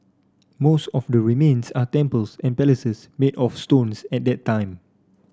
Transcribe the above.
most of the remains are temples and palaces made of stones at that time